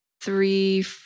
three